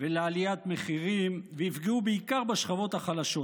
ולעליית מחירים ויפגעו בעיקר בשכבות החלשות,